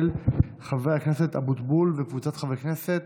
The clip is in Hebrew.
של חבר הכנסת אבוטבול וקבוצת חברי כנסת.